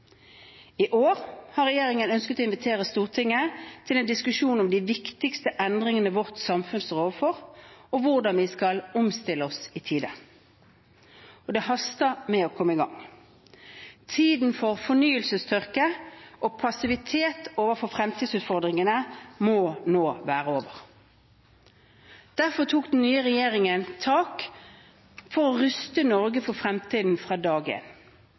I år har regjeringen ønsket å invitere Stortinget til en diskusjon om de viktigste endringene vårt samfunn står overfor, og hvordan vi skal omstille oss i tide. Og det haster med å komme i gang. Tiden for fornyelsestørke og passivitet overfor fremtidsutfordringene må nå være over. Derfor tok den nye regjeringen tak for å ruste Norge for fremtiden fra